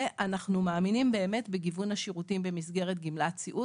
ואנחנו מאמינים באמת בגיוון השירותים במסגרת גמלת סיעוד.